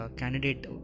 candidate